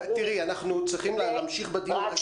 אנחנו צריכים להמשיך בדיון,